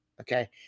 okay